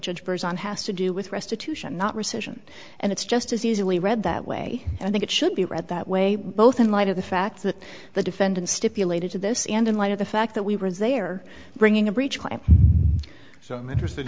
judge burns on has to do with restitution not rescission and it's just as easily read that way and i think it should be read that way both in light of the fact that the defendant stipulated to this and in light of the fact that we were there bringing a breach so i'm interested in